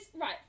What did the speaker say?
right